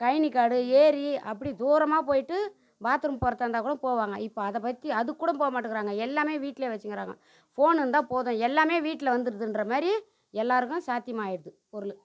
கயனி காடு ஏரி அப்படி தூரமாக போயிவிட்டு பாத்ரூம் போகறதா இருந்தால்கூட போவாங்க இப்போ அதைப்பத்தி அதுக்கூட போக மாட்டுக்கிறாங்க எல்லாமே வீட்டில் வச்சுருக்காங்க ஃபோன் இருந்தால் போதும் எல்லாமே வீட்டில் வந்துடுதுன்ற மாரி எல்லாருக்கும் சாத்தியமாயிடுது பொருள்